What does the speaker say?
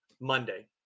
Monday